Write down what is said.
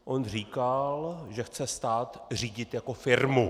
On říkal, že chce stát řídit jako firmu.